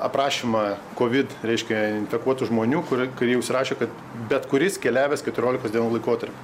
aprašymą covid reiškia infekuotų žmonių kur kai jie užsirašė kad bet kuris keliavęs keturiolikos dienų laikotarpiu